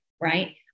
right